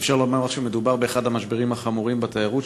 אפשר לומר שמדובר באחד המשברים החמורים בתיירות,